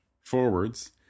forwards